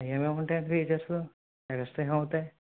ఏమేమి ఉంటాయి అండి ఫీచర్సు ఎక్స్ట్రా ఏమి ఉంటాయి